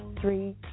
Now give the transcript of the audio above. three